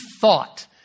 thought